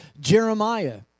Jeremiah